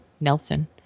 Nelson